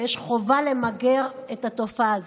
ויש חובה למגר את התופעה הזאת.